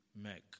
Mac